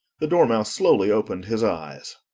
the dormouse slowly opened his eyes.